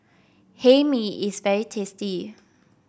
Hae Mee is very tasty